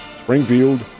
Springfield